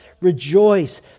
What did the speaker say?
rejoice